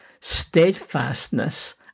steadfastness